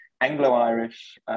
Anglo-Irish